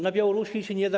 Na Białorusi się nie da.